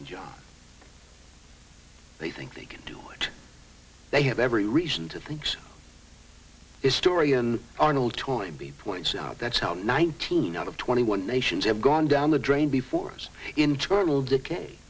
and just they think they can do it they have every reason to thanks is story in arnold toynbee points out that's how nineteen out of twenty one nations have gone down the drain before us internal decay